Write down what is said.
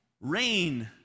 Rain